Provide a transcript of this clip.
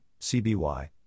CBY